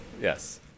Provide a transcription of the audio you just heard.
yes